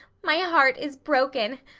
my heart is broken.